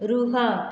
ରୁହ